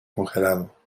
congelado